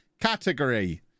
category